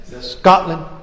Scotland